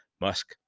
Musk